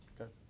Okay